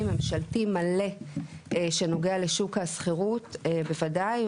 ממשלתי מלא שנוגע לשוק השכירות בוודאי,